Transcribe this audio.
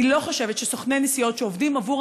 אני לא חושבת שסוכני נסיעות שעובדים עבור